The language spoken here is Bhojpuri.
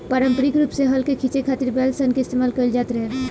पारम्परिक रूप से हल के खीचे खातिर बैल सन के इस्तेमाल कईल जाट रहे